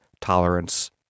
tolerance